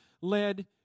led